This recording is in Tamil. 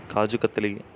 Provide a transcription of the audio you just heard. காஜுகத்திலி